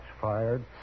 fired